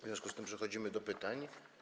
W związku z tym przechodzimy do pytań.